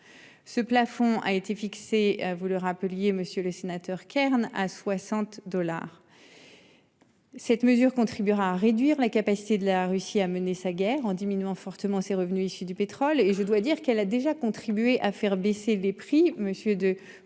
ce plafond a été fixé, vous le rappeliez, monsieur le sénateur Kern à 60 dollars.-- Cette mesure, contribuera à réduire la capacité de la Russie à mener sa guerre en diminuant fortement ses revenus issus du pétrole et je dois dire qu'elle a déjà contribué à faire baisser les prix, monsieur de Montgolfier